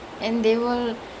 oh nice